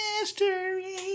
Mystery